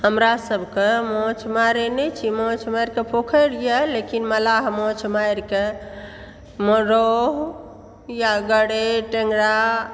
हमरा सब के माछ मारै नहि छी माछ मारि कऽ पोखरि यऽ लेकिन मलाह माछ मारि कऽ रौह या गरइ टेंगरा